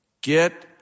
get